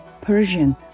Persian